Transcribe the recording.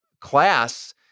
class